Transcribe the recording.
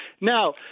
Now